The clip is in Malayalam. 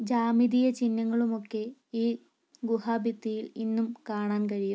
ജാമിതീയ ചിഹ്നങ്ങളുമൊക്കെ ഈ ഗുഹാഭിത്തിയിൽ ഇന്നും കാണാൻ കഴിയും